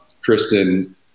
Kristen